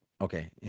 okay